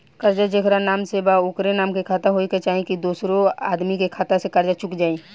कर्जा जेकरा नाम से बा ओकरे नाम के खाता होए के चाही की दोस्रो आदमी के खाता से कर्जा चुक जाइ?